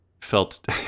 felt